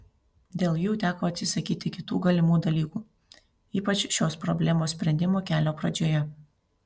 dėl jų teko atsisakyti kitų galimų dalykų ypač šios problemos sprendimo kelio pradžioje